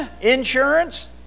insurance